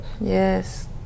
Yes